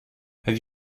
have